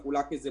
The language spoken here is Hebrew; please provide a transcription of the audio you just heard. זה הובטח כאן.